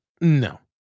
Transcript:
no